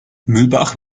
mühlbach